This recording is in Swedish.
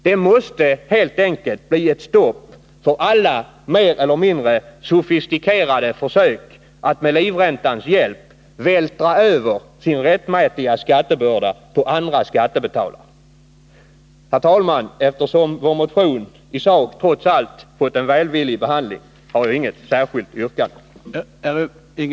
Det måste helt enkelt bli ett stopp för alla mer eller mindre sofistikerade försök att med livräntans hjälp vältra över den rättmätiga skattebördan på andra skattebetalare. Herr talman! Eftersom vår motion i sak trots allt fått en välvillig behandling, har jag inget särskilt yrkande.